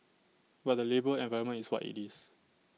but the labour environment is what IT is